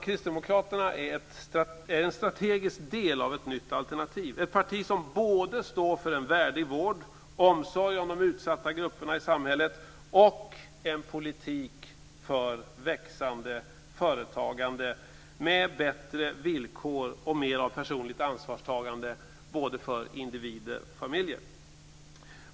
Kristdemokraterna är en strategisk del av ett nytt alternativ, ett parti som står för både en värdig vård, omsorg om de utsatta grupperna i samhället och en politik för växande företagande med bättre villkor och mer av personligt ansvarstagande för både individer och familjer.